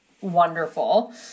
wonderful